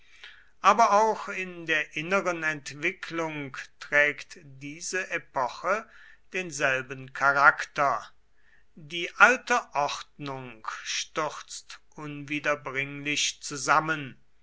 aber auch in der inneren entwicklung trägt diese epoche denselben charakter die alte ordnung stürzt unwiederbringlich zusammen